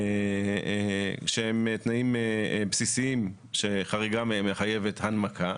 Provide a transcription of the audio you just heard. הם תנאים בסיסיים שחריגה מהם מחייבת הנמקה.